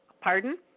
pardon